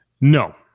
No